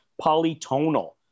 Polytonal